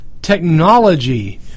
Technology